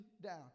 down